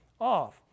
off